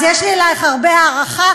אז יש לי אלייך הרבה הערכה.